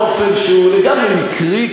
באופן שהוא לגמרי מקרי,